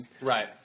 Right